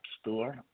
Store